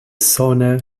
sauna